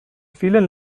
vielen